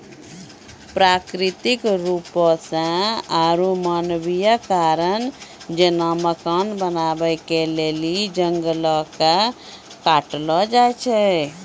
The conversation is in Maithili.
प्राकृतिक रुपो से आरु मानवीय कारण जेना मकान बनाबै के लेली जंगलो के काटलो जाय छै